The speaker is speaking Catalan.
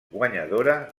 guanyadora